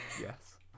Yes